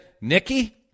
Nikki